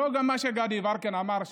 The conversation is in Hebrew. לא מה שגדי יברקן אמר,